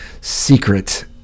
secret